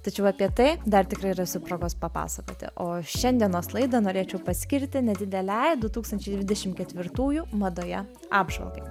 tačiau apie tai dar tikrai rasiu progos papasakoti o šiandienos laidą norėčiau paskirti nedidelei du tūkstančiai dvidešim ketvirtųjų madoje apžvalgai